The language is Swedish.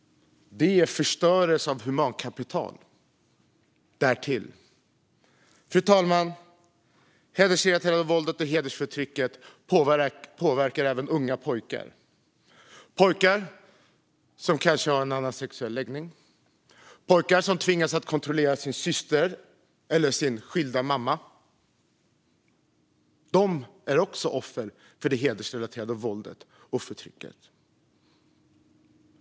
Det här är inte bara hedersrelaterat förtryck utan därtill förstörelse av humankapital. Fru talman! Det hedersrelaterade våldet och hedersförtrycket påverkar även unga pojkar. Pojkar som kanske har en annan sexuell läggning eller tvingas kontrollera sin syster eller sin skilda mamma är också offer för det hedersrelaterade våldet och förtrycket.